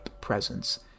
presence